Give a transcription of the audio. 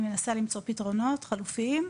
היא מנסה למצוא פתרונות חלופיים,